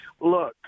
Look